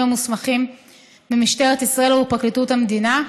המוסמכים במשטרת ישראל ובפרקליטות המדינה.